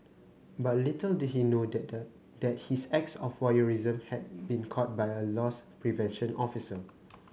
but little did he know that that his acts of voyeurism had been caught by a loss prevention officer